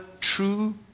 true